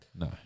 no